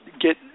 get –